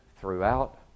throughout